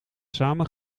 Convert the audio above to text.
samen